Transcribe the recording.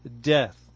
death